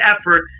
effort